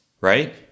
Right